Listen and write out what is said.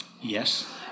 Yes